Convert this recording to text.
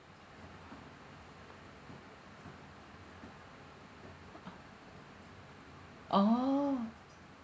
orh